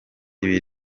ibi